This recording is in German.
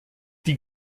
die